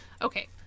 okay